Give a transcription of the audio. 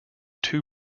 two